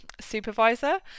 supervisor